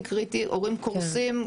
הורים קורסים.